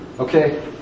Okay